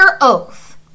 oath